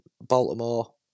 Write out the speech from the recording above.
Baltimore